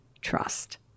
trust